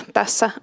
tässä